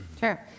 Sure